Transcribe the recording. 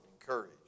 encourage